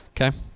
Okay